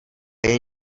jen